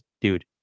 Dude